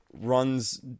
runs